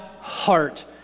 heart